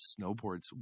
snowboards